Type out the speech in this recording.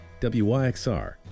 WYXR